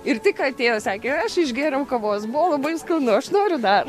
ir tik atėjo sakė aš išgėriau kavos buvo labai skaunu aš noriu dar